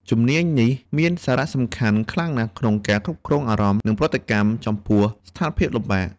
ជំនាញនេះមានសារៈសំខាន់ខ្លាំងណាស់ក្នុងការគ្រប់គ្រងអារម្មណ៍ និងប្រតិកម្មចំពោះស្ថានភាពលំបាក។